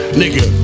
nigga